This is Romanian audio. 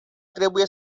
trebuie